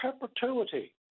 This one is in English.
perpetuity